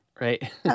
right